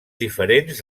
diferents